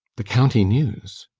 the county news!